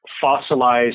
fossilized